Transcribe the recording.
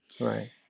Right